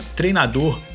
treinador